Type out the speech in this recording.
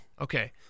Okay